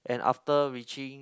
and after reaching